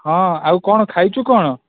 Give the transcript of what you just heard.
ହଁ ଆଉ କ'ଣ ଖାଇଛୁ କ'ଣ